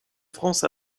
france